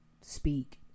speak